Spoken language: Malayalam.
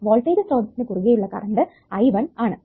വോൾട്ടേജ് സ്രോതസ്സിനു കുറുകെ ഉള്ള കറണ്ട് I1 ആണ്